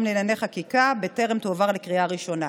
לענייני חקיקה בטרם תועבר לקריאה ראשונה.